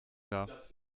darf